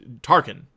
Tarkin